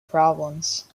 problems